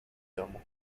domu